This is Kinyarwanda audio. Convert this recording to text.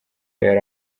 yari